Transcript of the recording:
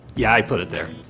yeah, i put it there.